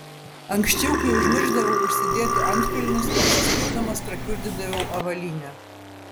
anksčiau kai užmiršdavau užsidėti antkulnius atsispirdamas prakiurdydavau avalynę